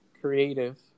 creative